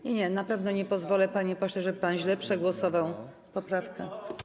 Nie, nie, na pewno nie pozwolę, panie pośle, żeby pan źle przegłosował poprawkę.